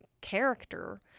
character